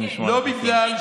אני לא צוחקת.